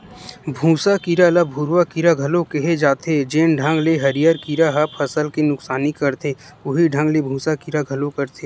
भूँसा कीरा ल भूरूवा कीरा घलो केहे जाथे, जेन ढंग ले हरियर कीरा ह फसल के नुकसानी करथे उहीं ढंग ले भूँसा कीरा घलो करथे